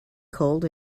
cold